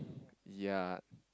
ya